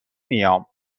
میام